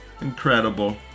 Incredible